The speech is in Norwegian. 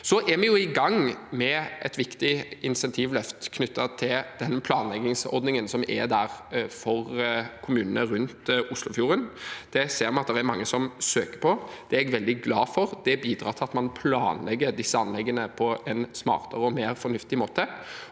Vi er i gang med et viktig insentivløft knyttet til planleggingsordningen for kommunene rundt Oslofjorden. Den ser vi at mange søker på, og det er jeg veldig glad for. Det bidrar til at man planlegger disse anleggene på en smartere og mer fornuftig måte.